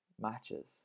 matches